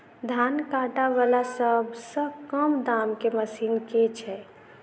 धान काटा वला सबसँ कम दाम केँ मशीन केँ छैय?